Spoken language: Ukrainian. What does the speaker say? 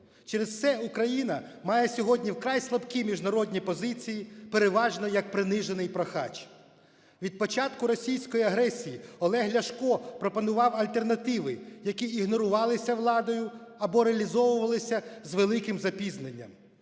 Через це Україна має сьогодні вкрай слабкі міжнародні позиції – переважно як принижений прохач. Від початку російської агресії Олег Ляшко пропонував альтернативи, які ігнорувалися владою або реалізовувалися з великим запізненням.